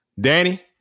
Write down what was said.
Danny